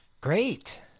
Great